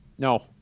No